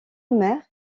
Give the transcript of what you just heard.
mer